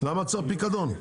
למה צריך פיקדון?